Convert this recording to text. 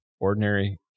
ordinary